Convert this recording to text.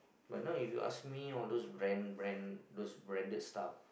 but now if you ask me all those brand brand those branded stuff